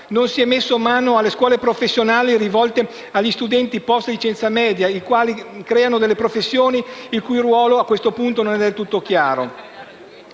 inoltre messo mano alle scuole professionali rivolte agli studenti *post* licenza media, che creano delle professioni il cui ruolo, a questo punto, non è del tutto chiaro.